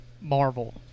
Marvel